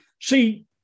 see